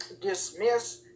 dismiss